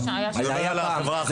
אני מדבר על החברה החרדית.